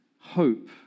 hope